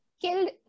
killed